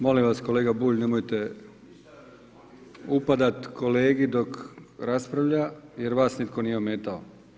Molim vas, kolega Bulj, nemojte upadati kolegi dok raspravlja jer vas nitko nije ometao.